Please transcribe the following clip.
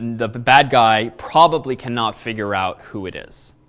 the bad guy probably cannot figure out who it is,